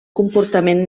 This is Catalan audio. comportament